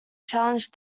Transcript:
challenged